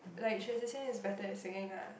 like Xue-Zhi-Qian is better at singing lah